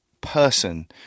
person